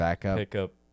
pickup